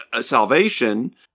salvation